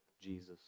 Jesus